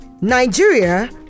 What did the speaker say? Nigeria